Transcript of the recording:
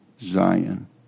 Zion